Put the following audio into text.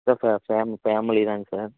இல்லை sir fam family தாங்க sir